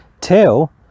till